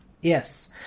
Yes